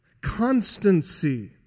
constancy